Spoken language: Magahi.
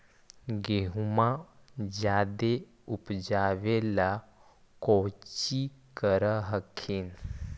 गेहुमा जायदे उपजाबे ला कौची कर हखिन?